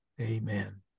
Amen